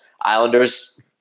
Islanders